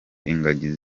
ingagi